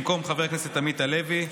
במקום חבר הכנסת עמית הלוי,